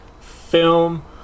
Film